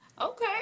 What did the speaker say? Okay